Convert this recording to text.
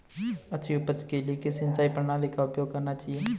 अच्छी उपज के लिए किस सिंचाई प्रणाली का उपयोग करना चाहिए?